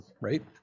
Right